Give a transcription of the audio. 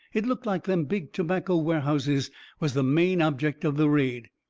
it looked like them big tobacco warehouses was the main object of the raid.